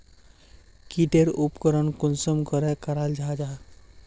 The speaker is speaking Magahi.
की टेर उपकरण कुंसम करे कराल जाहा जाहा?